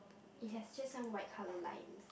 it has just some white colour line